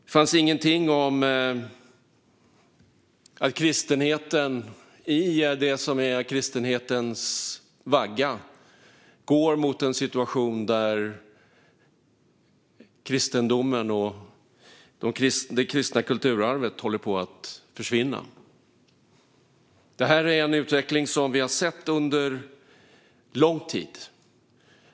Det fanns ingenting om att man i det som är kristenhetens vagga går mot en situation där kristendomen och det kristna kulturarvet håller på att försvinna. Det här är en utveckling vi har sett under lång tid.